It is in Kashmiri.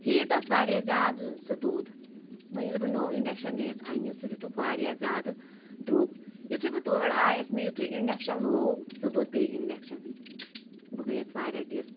ہیٖٹ ٲس واریاہ زیادٕ سُہ دود وٕنۍ ییٚلہِ بہٕ نو اِنٛڈَکشَن گٔیَس اَنٛنہِ سُہ دِتُکۍ واریاہ زیادٕ دروٚگ یوٚتھٕے بہٕ توٚڈٕ آیَس مےٚ یُتھٕے اِنٛڈَکشَن لوگ سُہ دوٚد بیٚیہِ اِنٛڈَکشَنٕے بہٕ گٔیَس واریاہ ڈِس